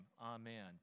Amen